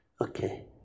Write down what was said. Okay